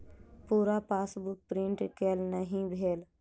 पूरा passbook print केल नहि भेल